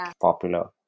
popular